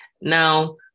Now